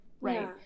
right